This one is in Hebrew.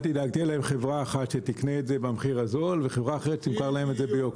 תהיה להם חברה אחת שתקנה את זה במחיר הזול וחברה אחת ביוקר.